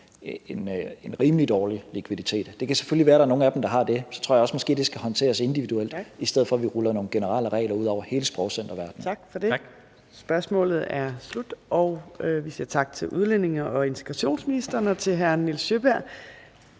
en rimelig dårlig likviditet. Det kan selvfølgelig være, at der er nogle af dem, der har det, men så tror jeg måske også, at det skal håndteres individuelt, i stedet for at vi ruller nogle generelle regler ud over hele sprogcenterverdenen. Kl. 14:43 Fjerde næstformand (Trine Torp): Tak for det. Spørgsmålet er slut, og vi siger tak til udlændinge- og integrationsministeren og til hr. Nils Sjøberg.